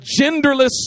genderless